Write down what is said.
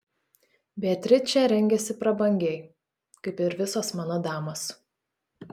beatričė rengiasi prabangiai kaip ir visos mano damos